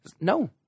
No